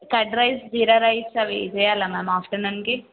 curd rice jeera rice అవి చెయ్యాలా ma'am ఆఫ్టర్నూన్కి